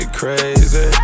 crazy